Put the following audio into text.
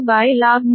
0121log 3